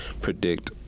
predict